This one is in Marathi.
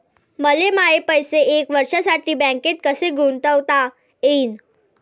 मले माये पैसे एक वर्षासाठी बँकेत कसे गुंतवता येईन?